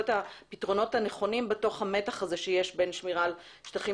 הפתרונות הנכונים בתוך המתח הזה שיש בין שמירה על שטחים